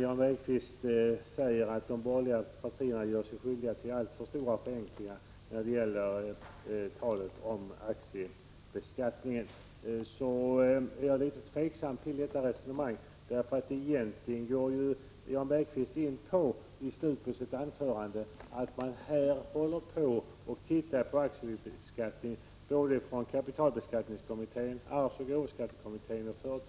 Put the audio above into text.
Jan Bergqvist säger att de borgerliga partierna gör sig skyldiga till alltför stora förenklingar i talet om aktiebeskattningen. Jag blir litet tveksam till detta resonemang. I slutet på sitt anförande går ju Jan Bergqvist in på att kapitalbeskattningskommittén, arvsoch gåvoskattekommittén samt företagsskattekommittén för närvarande ser över aktievinstbeskattningen.